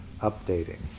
updating